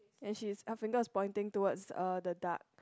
and she is her fingers is pointing towards uh the duck